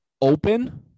open